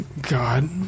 god